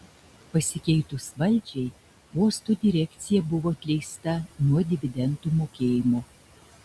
pasikeitus valdžiai uosto direkcija buvo atleista nuo dividendų mokėjimo